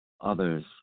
Others